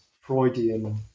Freudian